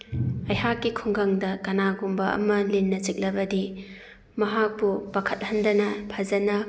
ꯑꯩꯍꯥꯛꯀꯤ ꯈꯨꯡꯒꯪꯗ ꯀꯅꯥꯒꯨꯝꯕ ꯑꯃ ꯂꯤꯟꯅ ꯆꯤꯛꯂꯕꯗꯤ ꯃꯍꯥꯛꯄꯨ ꯄꯥꯈꯠꯍꯟꯗꯅ ꯐꯖꯅ